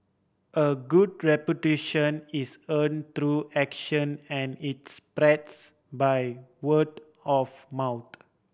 a good reputation is earn through action and its price by word of mouth